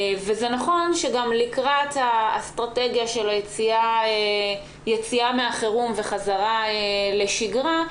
זה נכון שגם לקראת האסטרטגיה של היציאה מהחירום וחזרה לשיגרה,